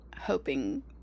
hoping